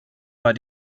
bei